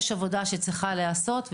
יש עבודה שצריכה להיעשות,